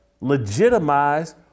legitimize